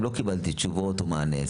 לא קיבלתי תשובות או מענה.